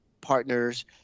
partners